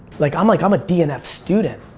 like i'm like i'm a d and f student.